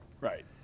Right